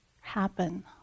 happen